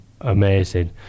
Amazing